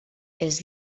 els